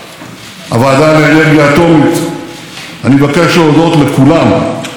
שפעלו וסייעו כדי להשיג תוצאה חשובה זו.